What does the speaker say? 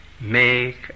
Make